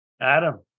Adam